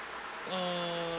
mm